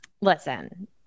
listen